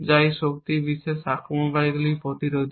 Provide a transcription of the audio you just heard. যা এই শক্তি বিশ্লেষণ আক্রমণগুলির প্রতিরোধী